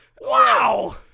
Wow